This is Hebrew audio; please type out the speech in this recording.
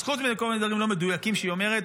אז חוץ מכל מיני דברים לא מדויקים שהיא אומרת,